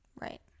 right